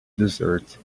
desert